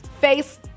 face